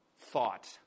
thought